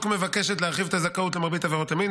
מבקשת להרחיב את הזכאות למרבית עבירות המין.